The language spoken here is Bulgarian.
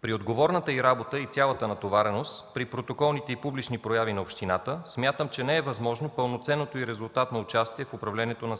При отговорната й работа и цялата натовареност при протоколните и публични прояви на общината, смятам, че не е възможно пълноценното и резултатно участие в управлението на